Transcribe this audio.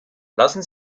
lassen